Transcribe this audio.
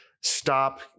stop